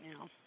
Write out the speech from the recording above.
now